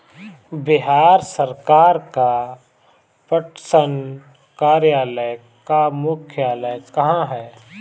बिहार सरकार का पटसन कार्यालय का मुख्यालय कहाँ है?